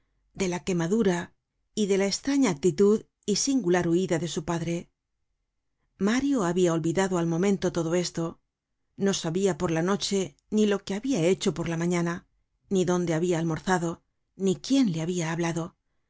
de la quemadura y de la estrafia actitud y singular huida de su padre mario habia olvidado al momento todo esto no sabia por la noche ni lo que habia hecho por la mañana ni dónde habia almorzado ni quién le habia hablado